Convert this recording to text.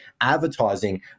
advertising